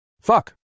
Fuck